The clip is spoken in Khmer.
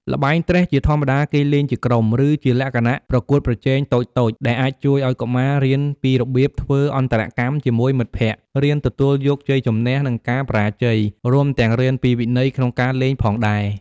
ល្បែងត្រេះជាធម្មតាគេលេងជាក្រុម ឬជាលក្ខណៈប្រកួតប្រជែងតូចៗ ដែលអាចជួយឲ្យកុមាររៀនពីរបៀបធ្វើអន្តរកម្មជាមួយមិត្តភក្តិ រៀនទទួលយកជ័យជំនះ និងការបរាជ័យ រួមទាំងរៀនពីវិន័យក្នុងការលេងផងដែរ។